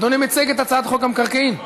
אדוני מציג את הצעת חוק המקרקעין?